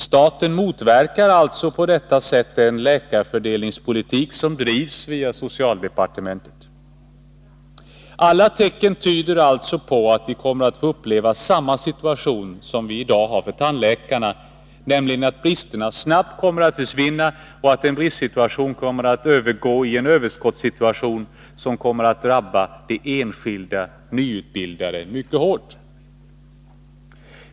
Staten motverkar alltså på detta sätt den läkarfördelningspolitik som drivs via socialdepartementet. Alla tecken tyder på att vi kommer att få uppleva samma situation för läkarna som vi i dag har för tandläkarna, nämligen att bristerna snabbt kommer att försvinna och att en bristsituation kommer att övergå i en överskottssituation som kommer att drabba de enskilda nyutbildade mycket hårt.